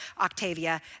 Octavia